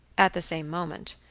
at the same moment,